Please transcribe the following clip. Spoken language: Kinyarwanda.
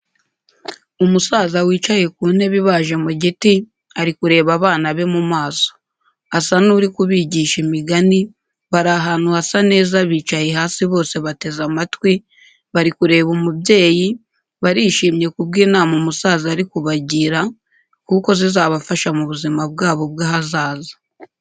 Umusaza wicaye ku ntebe ibaje mu giti, ari kureba abana be mu maso. Asa n’uri kubigisha imigani, bari ahantu hasa neza bicaye hasi bose bateze amatwi, bari kureba umubyeyi, barishimye ku bw'inama umusaza ari kubagira kuko zizabafasha mu buzima bwabo bw'ahazaza.